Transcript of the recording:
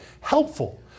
helpful